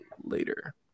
later